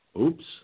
Oops